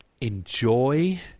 enjoy